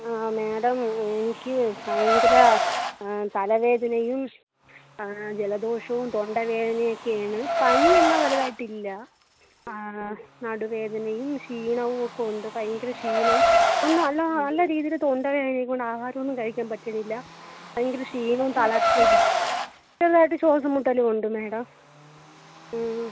ആ മാഡം എനിക്ക് ഭയങ്കര തലവേദനയും ജലദോഷവും തൊണ്ടവേദനയൊക്കെയാണ് പനി എന്നാൽ വലുതായിട്ട് ഇല്ല ആ നടുവേദനയും ക്ഷീണവും ഒക്കെ ഉണ്ട് ഭയങ്കര ക്ഷീണവും ഒന്നും അല്ല നല്ല രീതിയില് തൊണ്ടവേദന ഒക്കെ ഉണ്ട് ആഹാരം ഒന്നും കഴിക്കാൻ പറ്റുന്നില്ല ഭയങ്കര ക്ഷീണവും തളർച്ച ഒക്കെ ചെറുതായിട്ട് ശ്വാസം മുട്ടലും ഉണ്ട് മാഡം ആ